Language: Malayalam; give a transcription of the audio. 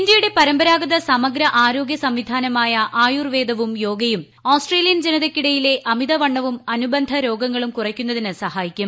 ഇന്ത്യയുടെ പരമ്പരാഗത സമഗ്ര ആരോഗ്യ സംവിധാനമായ ആയുർവേദവും യോഗയും ഓസ്ട്രേലിയൻ ജനതയ്ക്കിടയിലെ അമിതവണ്ണവും അനുബന്ധരോഗങ്ങളും കുറയ്ക്കുന്നതിന് സഹായിക്കും